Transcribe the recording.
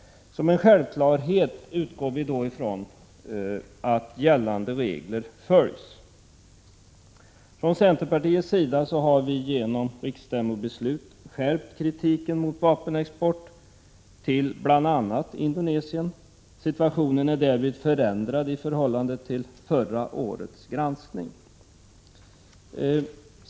Som en självklarhet utgår vi då från att gällande regler följs. Från centerpartiets sida har vi genom riksstämmobeslut skärpt kritiken mot vapenexporten, bl.a. när det gäller Indonesien. Situationen är därvid förändrad i förhållande till förra årets granskning.